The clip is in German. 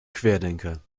querdenker